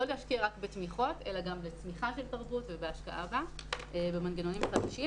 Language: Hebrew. לא להשקיע רק בתמיכות אלא גם בצמיחה של תרבות ובהשקעה במנגנונים חדשים.